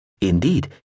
Indeed